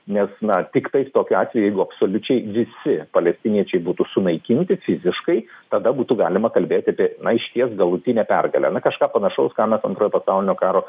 nes na tiktais tokiu atveju jeigu absoliučiai visi palestiniečiai būtų sunaikinti fiziškai tada būtų galima kalbėti apie na išties galutinę pergalę na kažką panašaus ką nuo antrojo pasaulinio karo